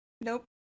Nope